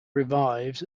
revives